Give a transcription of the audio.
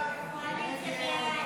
סעיף 1,